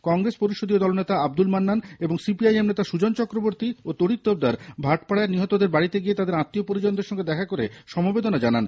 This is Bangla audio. কংগ্রেস পরিষদীয় দলনেতা আব্দুল মান্নান এবং সিপিআইএম নেতা সুজন চক্রবর্তী ও তড়িত্ তোপদার ভাটপাড়ায় নিহতদের বাড়িতে গিয়ে তাদের আত্মীয় পরিজনদের সঙ্গে দেখা করে সমবেদনা জানান